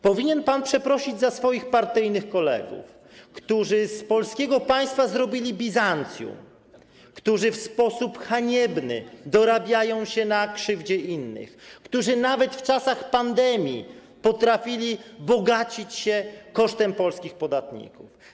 Powinien pan przeprosić za swoich partyjnych kolegów, którzy z polskiego państwa zrobili Bizancjum, którzy w sposób haniebny dorabiają się na krzywdzie innych, którzy nawet w czasach pandemii potrafili bogacić się kosztem polskich podatników.